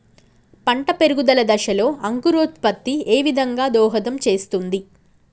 పంట పెరుగుదల దశలో అంకురోత్ఫత్తి ఏ విధంగా దోహదం చేస్తుంది?